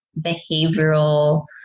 behavioral